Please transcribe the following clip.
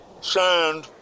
Sand